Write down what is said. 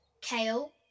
Kale